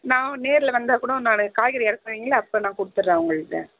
நான் நேரில் வந்தா கூட நான் காய்கறி இறக்குவீங்கல்ல அப்போ நான் கொடுத்துடுறேன் அவங்கள்கிட்ட